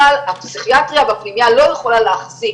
אבל הפסיכיאטריה בפנימייה לא יכולה להחזיק,